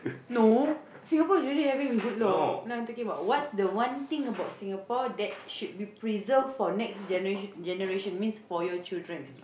no Singapore is already having a good law now I'm talking about what's the one thing about Singapore that should be preserved for next generat~ generation means for your children